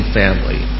family